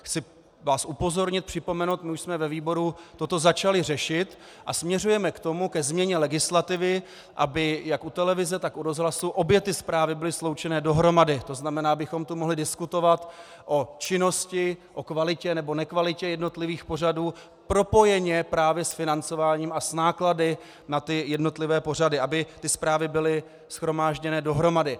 Chci vás upozornit a připomenout, my jsme ve výboru toto začali řešit a směřujeme ke změně legislativy, aby jak u televize, tak u rozhlasu obě zprávy byly sloučené dohromady, to znamená, abychom tu mohli diskutovat o činnosti, o kvalitě nebo nekvalitě jednotlivých pořadů propojeně právě s financováním a s náklady na ty jednotlivé pořady, aby ty zprávy byly shromážděné dohromady.